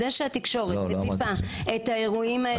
זה שהתקשורת מציפה את האירועים האלה